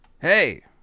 Hey